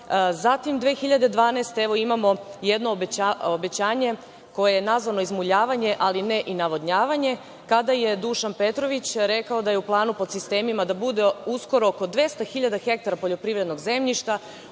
Zatim, 2012. godine, imamo jedno obećanje koje je nazvano izmuljavanje, ali ne i navodnjavanje kada je Dušan Petrović rekao da je u planu pod sistemima da bude oko 200 hiljada hektara poljoprivrednog zemljišta